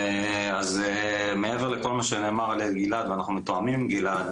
מעבר לכל מה שנאמר על ידי גלעד ואנחנו מתואמים עם גלעד